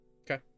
Okay